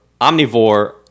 omnivore